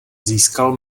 získal